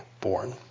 born